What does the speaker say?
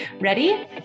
Ready